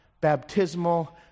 baptismal